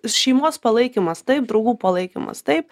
šeimos palaikymas taip draugų palaikymas taip